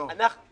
לא.